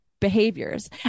behaviors